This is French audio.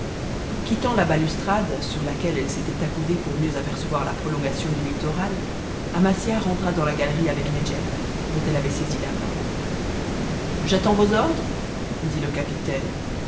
quittant la balustrade sur laquelle elle s'était accoudée pour mieux apercevoir la prolongation du littoral amasia rentra dans la galerie avec nedjeb dont elle avait saisi la main j'attends vos ordres dit le capitaine